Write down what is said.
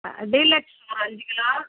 deluxe ஒரு அஞ்சு kilo